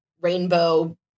rainbow